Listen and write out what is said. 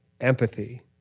empathy